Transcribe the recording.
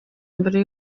mbere